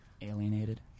Alienated